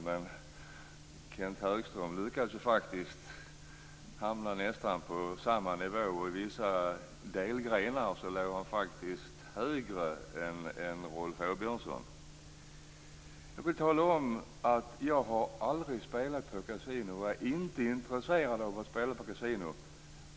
Men Kenth Högström lyckades hamna på nästan samma nivå, och i vissa delgrenar låg han faktiskt högre än Jag har aldrig spelat på kasino, och jag är inte intresserad av att spela på kasino.